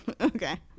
Okay